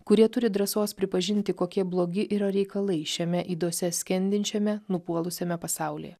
kurie turi drąsos pripažinti kokie blogi yra reikalai šiame ydose skendinčiame nupuolusiame pasaulyje